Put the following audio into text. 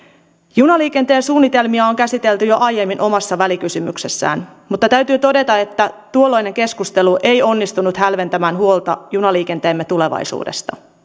junaliikenteen suunnitelmia on käsitelty jo aiemmin omassa välikysymyksessään mutta täytyy todeta että tuolloinen keskustelu ei onnistunut hälventämään huolta junaliikenteemme tulevaisuudesta